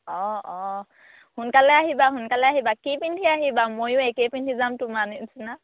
অঁ অঁ সোনকালে আহিবা সোনকালে আহিবা কি পিন্ধি আহিবা ময়ো একেই পিন্ধি যাম তোমাৰ নিচিনা